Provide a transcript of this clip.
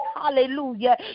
hallelujah